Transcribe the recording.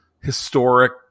historic